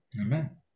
Amen